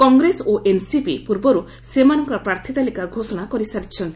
କଂଗ୍ରେସ ଓ ଏନସିପି ପୂର୍ବରୁ ସେମାନଙ୍କର ପ୍ରାର୍ଥୀ ତାଲିକା ଘୋଷଣା କରିସାରିଛନ୍ତି